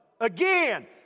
Again